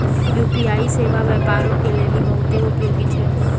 UPI सेबा व्यापारो के लेली बहुते उपयोगी छै